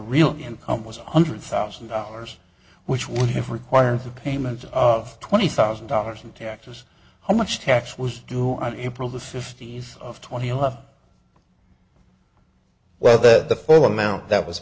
real income was one hundred thousand dollars which would have required the payment of twenty thousand dollars in taxes how much tax was due on april the fifty's of twenty one whether the full amount that was